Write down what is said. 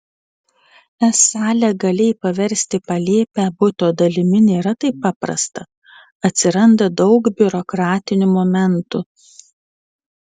esą legaliai paversti palėpę buto dalimi nėra taip paprasta atsiranda daug biurokratinių momentų